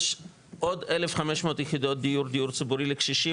יש עוד 1,500 יחידות דיור ציבורי לקשישים,